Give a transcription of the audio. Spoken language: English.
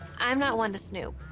i'm not one to snoop,